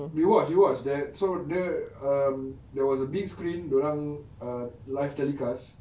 we watched you watched that so the um there was a big screen dia orang err live telecast